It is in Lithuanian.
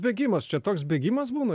bėgimas čia toks bėgimas būna